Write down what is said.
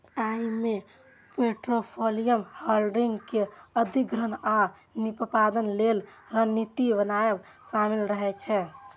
अय मे portfolio holding के अधिग्रहण आ निष्पादन लेल रणनीति बनाएब शामिल रहे छै